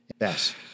Yes